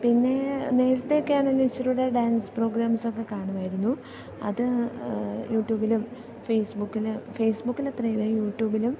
പിന്നെ നേരത്തെയൊക്കെയാണെങ്കിൽ ഇച്ചിരികൂടെ ഡാൻസ് പ്രോഗ്രാംസ് ഒക്കെ കാണുമായിരുന്നു അത് യൂട്യൂബിലും ഫേയ്സ്ബുക്കിലും ഫേയ്സ്ബുക്കിൽ അത്രയില്ല യൂട്യൂബിലും